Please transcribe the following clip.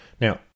Now